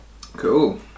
Cool